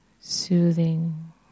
soothing